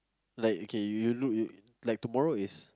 like okay you look you like tomorrow is